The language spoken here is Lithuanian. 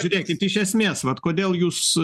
žiūrėkit iš esmės vat kodėl jūs